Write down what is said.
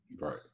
Right